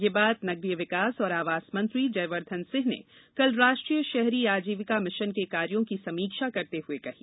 यह बात नगरीय विकास और आवास मंत्री जयवर्धन सिंह ने कल राष्ट्रीय शहरी आजीविका मिशन के कार्यो की समीक्षा करते हुए कही